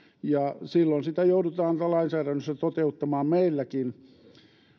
ja silloin sitä joudutaan lainsäädännössä toteuttamaan meilläkin